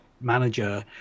manager